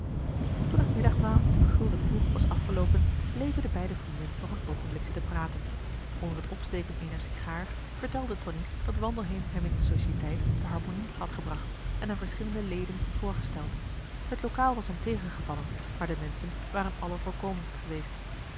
toen het middagmaal in den vergulden ploeg was afgeloopen bleven de beide vrienden nog een oogenblik zitten praten onder het opsteken eener sigaar vertelde tonie dat wandelheem hem in de societeit de harmonie had gebracht en aan verschillende leden voorgesteld het lokaal was hem tegengevallen maar de menschen waren allervoorkomendst geweest